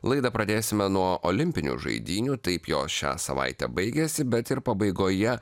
laidą pradėsime nuo olimpinių žaidynių taip jos šią savaitę baigėsi bet ir pabaigoje